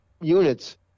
units